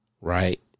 Right